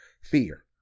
fear